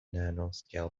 nanoscale